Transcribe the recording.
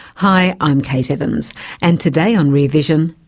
hi, i'm kate evans and today on rear vision,